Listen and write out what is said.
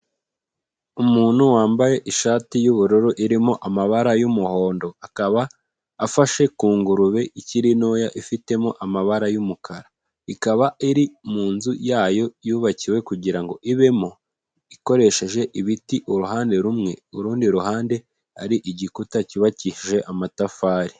Umuntu wambaye ishati y'ubururu irimo amabara y'umuhondo, akaba afashe ku ngurube ikiri ntoya ifitemo amabara y'umukara, ikaba iri mu nzu yayo yubakiwe kugira ibemo, ikoresheje ibiti uruhande rumwe, urundi ruhande ari igikuta cyubakishije amatafari.